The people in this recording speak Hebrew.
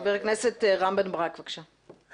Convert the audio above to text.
חבר הכנסת רם בן ברק, בבקשה.